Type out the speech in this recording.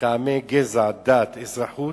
מטעמי גזע, דת, אזרחות,